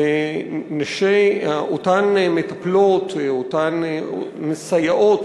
ואותן מטפלות, אותן סייעות